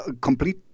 complete